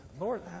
Lord